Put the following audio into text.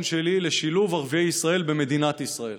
שלי לשילוב ערביי ישראל במדינת ישראל,